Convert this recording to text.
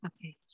Okay